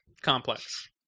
complex